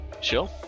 Sure